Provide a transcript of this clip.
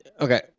Okay